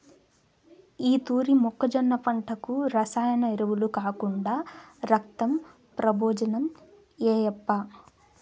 ఈ తూరి మొక్కజొన్న పంటకు రసాయన ఎరువులు కాకుండా రక్తం ప్రబోజనం ఏయప్పా